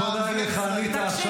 אתה עלית,